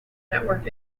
network